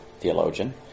theologian